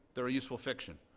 they're a useful fiction.